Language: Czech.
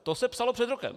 To se psalo před rokem.